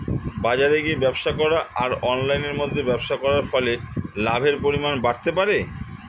বাজারে গিয়ে ব্যবসা করা আর অনলাইনের মধ্যে ব্যবসা করার ফলে লাভের পরিমাণ বাড়তে পারে?